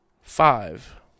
five